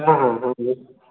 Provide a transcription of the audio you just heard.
হ্যাঁ হ্যাঁ হ্যাঁ বলুন